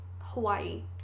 Hawaii